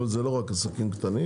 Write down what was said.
אך זה לא רק עסקים קטנים.